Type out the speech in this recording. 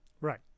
Right